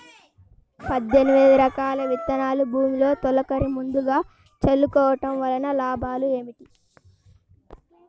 పద్దెనిమిది రకాల విత్తనాలు భూమిలో తొలకరి ముందుగా చల్లుకోవటం వలన లాభాలు ఏమిటి?